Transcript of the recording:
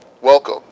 Welcome